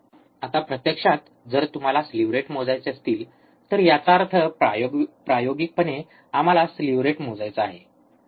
∆Vout∆t आता प्रत्यक्षात जर तुम्हाला स्लीव्ह रेट मोजायचे असतील तर याचा अर्थ प्रायोगिकपणे आम्हाला स्लीव्ह रेट मोजायचा आहे